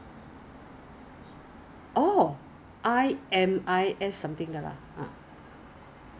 晚上你要 cleanse lor so what what what I do is when before I sleep even even I'm like